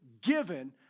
given